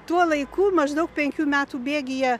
tuo laiku maždaug penkių metų bėgyje